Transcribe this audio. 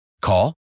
Call